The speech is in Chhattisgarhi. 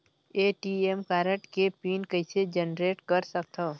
ए.टी.एम कारड के पिन कइसे जनरेट कर सकथव?